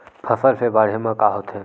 फसल से बाढ़े म का होथे?